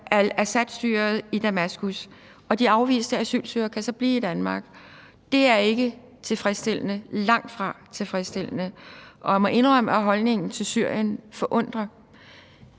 al-Assad-styret i Damaskus. De afviste asylsøgere kan så blive i Danmark. Det er ikke tilfredsstillende, langtfra tilfredsstillende. Og jeg må indrømme, at holdningen til Syrien forundrer.